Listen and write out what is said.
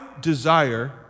desire